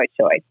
choice